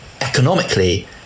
economically